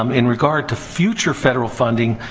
um in regard to future federal funding,